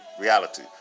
reality